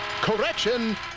correction